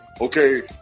okay